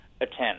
attend